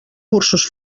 cursos